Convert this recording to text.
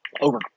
over